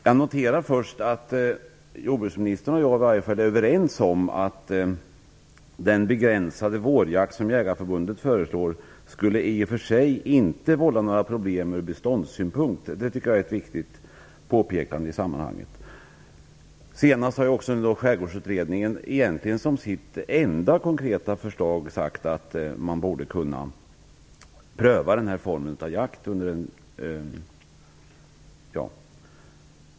Jag noterar att jordbruksministern och jag är överens om att den begränsade vårjakt som Jägarförbundet föreslår i och för sig inte skulle vålla några problem ur beståndssynpunkt. Det tycker jag är ett viktigt påpekande i sammanhanget. Skärgårdsutredningen har som sitt enda konkreta förslag sagt att man borde kunna pröva den här formen av jakt.